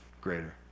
greater